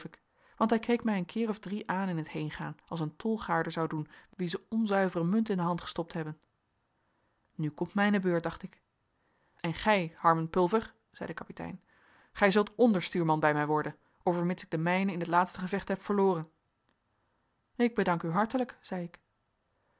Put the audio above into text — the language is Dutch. want hij keek mij een keer of drie aan in t heengaan als een tolgaarder zou doen wien ze onzuivere munt in de hand gestopt hebben nu komt mijne beurt dacht ik en gij harmen pulver zei de kapitein gij zult onderstuurman bij mij worden overmits ik den mijnen in het laatste gevecht heb verloren ik bedank u hartelijk zei ik